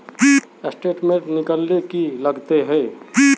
Statement निकले ले की लगते है?